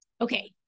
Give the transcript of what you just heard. okay